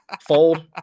Fold